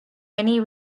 many